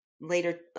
later